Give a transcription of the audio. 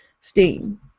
Steam